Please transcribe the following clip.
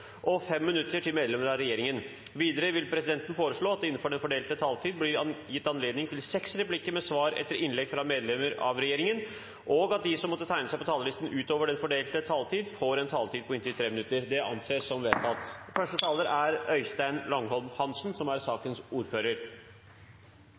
til fem replikkar med svar etter innlegg frå medlemer av regjeringa, og at dei som måtte teikna seg på talarlista utover den fordelte taletida, får ei taletid på inntil 3 minutt. – Det er